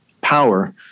power